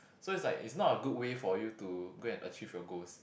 so is like not a good way for you to go and achieve your goals